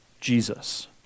Jesus